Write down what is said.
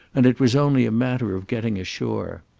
and it was only a matter of getting ashore.